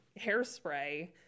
hairspray